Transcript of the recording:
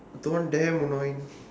that one damn annoying